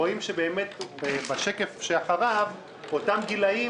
רואים שבשקף אחריו,